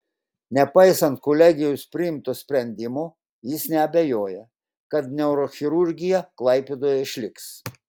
nepaisant kolegijos priimto sprendimo jis neabejoja kad neurochirurgija klaipėdoje išliks